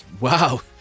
wow